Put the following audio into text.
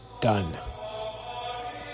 done